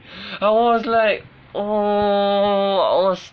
I was like oh I was